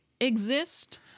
exist